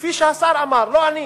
כפי שהשר אמר, לא אני,